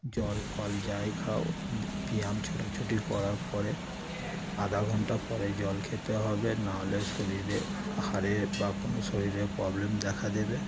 জল ফল যাই খাও ব্যায়াম ছোটাছুটি করার পরে আধ ঘন্টা পরে জল খেতে হবে নাহলে শরীরে হাড়ের বা কোনো শরীরে প্রবলেম দেখা দেবে